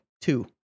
two